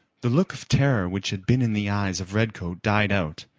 the look of terror which had been in the eyes of redcoat died out,